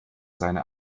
seine